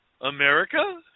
America